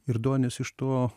ir duonis iš to